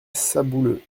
sabouleux